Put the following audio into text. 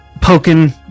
poking